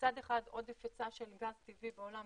מצד אחד עודף היצע של גז טבעי בעולם